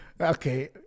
Okay